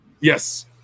Yes